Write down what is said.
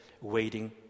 waiting